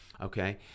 okay